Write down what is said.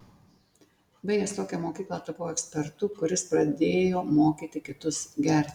baigęs tokią mokyklą tapau ekspertu kuris pradėjo mokyti kitus gerti